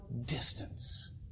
distance